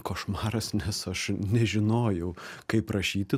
košmaras nes aš nežinojau kaip rašyti